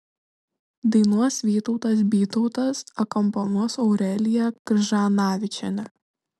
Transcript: dainuos vytautas bytautas akompanuos aurelija kržanavičienė